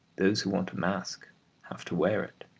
those who want a mask have to wear it.